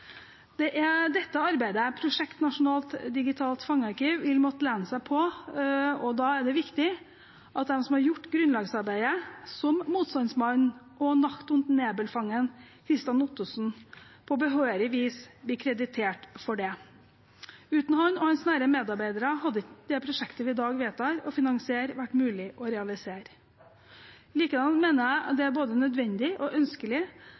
Det er dette arbeidet prosjektet Norsk digitalt fangearkiv vil måtte lene seg på, og da er det viktig at de som har gjort grunnlagsarbeidet, som motstandsmann og Nacht und Nebel-fangen Kristian Ottosen, på behørig vis blir kreditert for det. Uten ham og hans nære medarbeidere hadde ikke det prosjektet vi i dag vedtar å finansiere, vært mulig å realisere. Likedan mener jeg det er både nødvendig og ønskelig